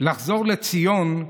לחזור לציון,